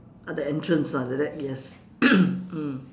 at the entrance ah like that yes mm